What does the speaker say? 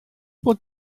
bod